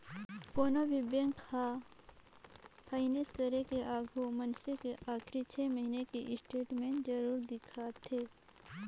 कोनो भी बेंक हर फाइनेस करे के आघू मइनसे के आखरी छे महिना के स्टेटमेंट जरूर देखथें